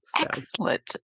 Excellent